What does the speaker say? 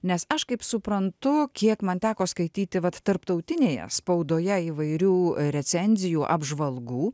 nes aš kaip suprantu kiek man teko skaityti vat tarptautinėje spaudoje įvairių recenzijų apžvalgų